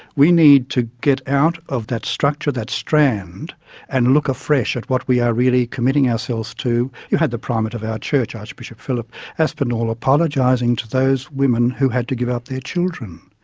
we need to get out of that structure, that strand and look afresh at what we are really committing ourselves to, you had the primate of our church, archbishop phillip aspinall aspinall apologising to those women who had to give up their children.